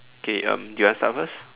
okay um do you want start first